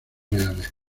reales